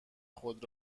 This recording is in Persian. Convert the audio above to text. خود